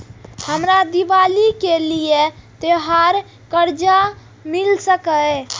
हमरा दिवाली के लिये त्योहार कर्जा मिल सकय?